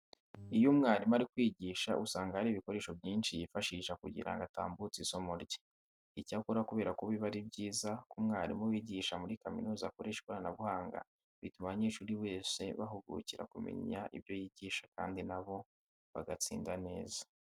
Iyo umwarimu ari kwigisha usanga hari ibikoresho byinshi yifashisha kugira ngo atambutse isomo rye. Icyakora kubera ko biba ari byiza ko umwarimu wigisha muri kaminuza akoresha ikoranabuhanga, bituma abanyeshuri bose bahugukira kumenya ibyo yigisha kandi na bo bagatsinda neza.